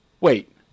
wait